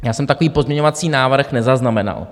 Já jsem takový pozměňovací návrh nezaznamenal.